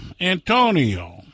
Antonio